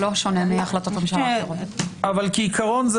כעיקרון,